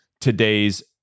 today's